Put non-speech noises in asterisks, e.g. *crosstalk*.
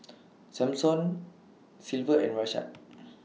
*noise* Samson Silver and Rashaad *noise*